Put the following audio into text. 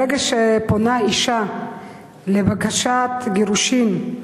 ברגע שפונה אשה בבקשת גירושין,